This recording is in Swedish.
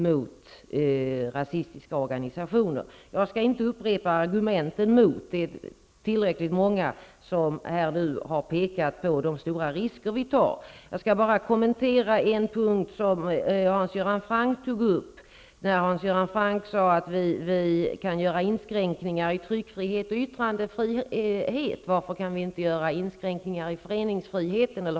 Jag skall inte upprepa argumenten mot det; tillräckligt många har pekat på de stora risker det medför. Jag skall bara kommentera en punkt som Hans Göran Franck tog upp. Han sade att vi kan göra inskränkningar i tryckfrihet och yttrandefrihet, så varför inte i föreningsrätten?